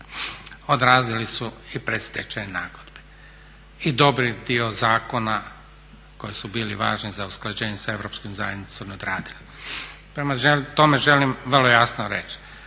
odradili su i predstečajne nagodbe i dobar dio zakona koji su bili važni za usklađenje sa Europskom zajednicom odradili. Prema tome, želim vrlo jasno reći